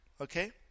Okay